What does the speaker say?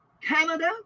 Canada